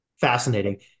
Fascinating